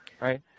right